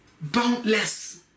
boundless